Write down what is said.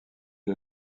est